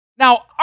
Now